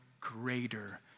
greater